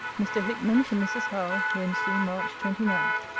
mr. hickman, to mrs. howe wednesday, march twenty nine.